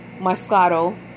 moscato